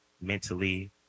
mentally